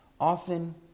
Often